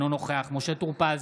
אינו נוכח משה טור פז,